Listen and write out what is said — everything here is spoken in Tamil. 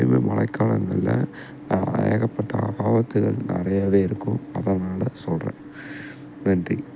எப்போயுமே மழைக்காலங்கள்ல ஏகப்பட்ட ஆபத்துகள் நிறையாவே இருக்கும் அதனால் சொல்லுறேன் நன்றி